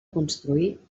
construir